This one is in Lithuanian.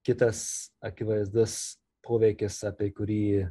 kitas akivaizdus poveikis apie kurį